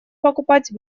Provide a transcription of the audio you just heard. покупать